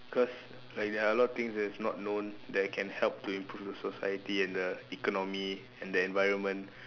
cause like there are a lot of things that is not known that I can help to improve the society and the economy and the environment